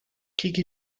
kriege